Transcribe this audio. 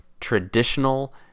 traditional